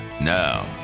Now